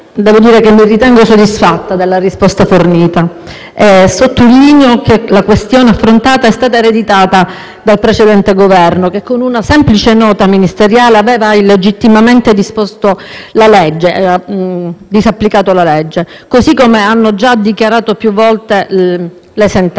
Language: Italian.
annuncio che mi ritengo soddisfatta della risposta fornita. Sottolineo che la questione affrontata è stata affrontata dal precedente Governo, che, con una semplice nota ministeriale, aveva illegittimamente disapplicato la legge, come già dichiarato più volte dalle sentenze.